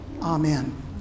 amen